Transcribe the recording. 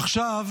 עכשיו